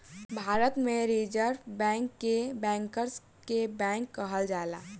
भारत में reserve bank के bankers के बैंक कहल जाला